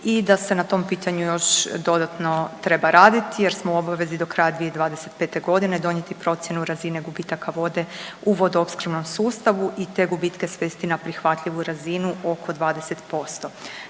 i da se na tom pitanju još dodatno treba raditi jer smo u obavezi do kraja 2025. g. donijeti procjenu razine gubitaka vode u vodoopskrbnom sustavu i te gubitke svesti na prihvatljivu razinu oko 20%.